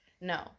No